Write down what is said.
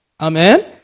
Amen